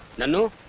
nannu,